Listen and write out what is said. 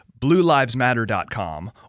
bluelivesmatter.com